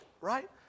right